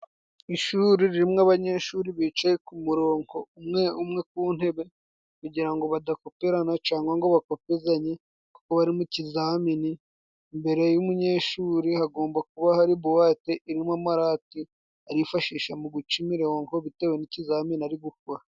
Ishuri ririmo abanyeshuri bicaye ku muronko umwe umwe ku ntebe, kugira ngo badakoperana cangwa ngo bakopezanye kuko bari mu kizamini. Imbere y'umunyeshuri hagomba kuba hari buwate irimo amarati arifashisha mu guca imironko bitewe n'ikizamini ari gukora.